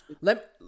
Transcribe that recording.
Let